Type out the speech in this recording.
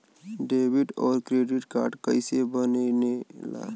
Debit और credit card कईसे बने ने ला?